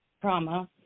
trauma